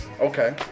Okay